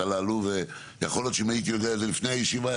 יכול להיות שאם הייתי יודע את זה לפני הישיבה,